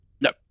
No